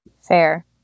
fair